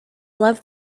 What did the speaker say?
love